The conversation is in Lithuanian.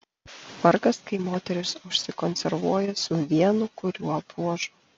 vargas kai moteris užsikonservuoja su vienu kuriuo bruožu